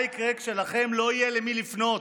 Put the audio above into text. מה יקרה כשלכם לא יהיה למי לפנות?